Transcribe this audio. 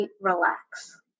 relax